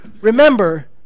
Remember